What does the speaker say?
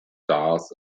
stars